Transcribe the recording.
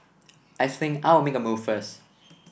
I think I'll make a move first